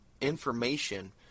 information